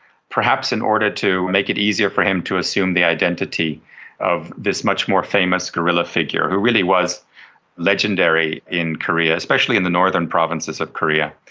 perhaps in order to make it easier for him to assume the identity of this much more famous guerrilla figure, who really was legendary in korea, especially in the northern provinces of korea.